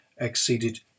exceeded